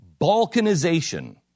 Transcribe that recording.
Balkanization